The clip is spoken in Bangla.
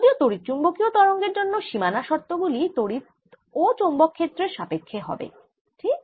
যদিও তড়িৎচুম্বকীয় তরঙ্গের জন্য সীমানা শর্ত গুলি তড়িৎ ও চৌম্বক ক্ষেত্রের সাপেক্ষ্যে হবে ঠিক